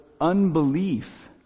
unbelief